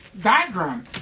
diagram